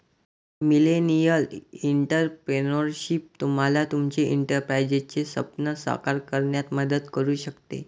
millennial entrepreneurship तुम्हाला तुमचे एंटरप्राइझचे स्वप्न साकार करण्यात मदत करू शकते